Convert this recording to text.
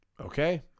Okay